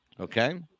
Okay